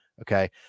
Okay